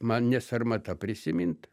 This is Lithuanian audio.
man ne sarmata prisimint